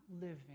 living